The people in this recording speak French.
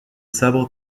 sabre